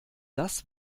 das